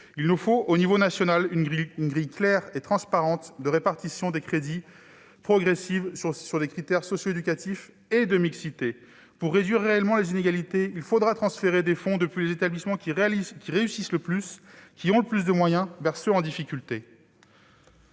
Il nous faut, à l'échelle nationale, une grille claire et transparente de répartition des crédits, progressive, sur la base de critères socio-éducatifs et de mixité. Pour réduire réellement les inégalités, il faudra transférer des fonds depuis les établissements qui réussissent le plus et qui ont le plus de moyens vers ceux qui sont en difficulté.